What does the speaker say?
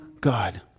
God